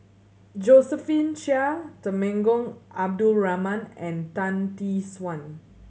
Josephine Chia Temenggong Abdul Rahman and Tan Tee Suan